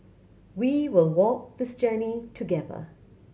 we will walk this journey together